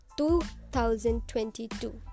2022